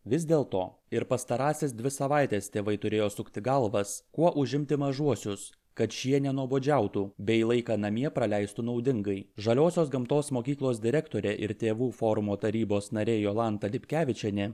vis dėl to ir pastarąsias dvi savaites tėvai turėjo sukti galvas kuo užimti mažuosius kad šie nenuobodžiautų bei laiką namie praleistų naudingai žaliosios gamtos mokyklos direktorė ir tėvų forumo tarybos narė jolanta lipkevičienė